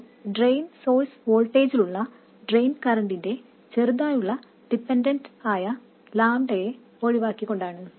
ഇത് drain source വോൾട്ടേജിലുള്ള drain കറന്റിന്റെ ചെറുതായുള്ള ഡിപെൻഡൻസ് ആയ λ യെ ഒഴിവാക്കിക്കൊണ്ടാണ്